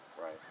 Right